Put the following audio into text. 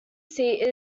seat